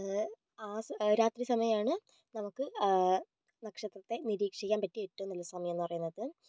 ആ രാത്രി സമയമാണ് നമുക്ക് നക്ഷത്രത്തെ നിരീക്ഷിക്കാൻ പറ്റിയ ഏറ്റവും നല്ല സമയമെന്ന് പറയുന്നത്